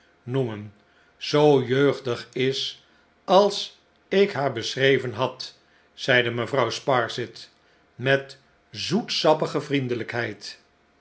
noemen zoo jeugdig is als ik haar beschreven had zeide mevrouw sparsit met zoetsappige vriendelijkheid